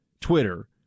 Twitter